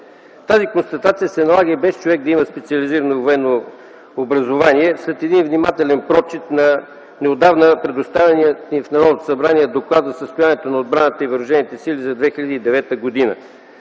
Тази констатация се налага и без човек да има специализирано военно образование, след един внимателен прочит на неотдавна предоставения ни в Народното събрание Доклад за състоянието на отбраната и въоръжените сили за 2009 г.